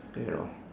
you know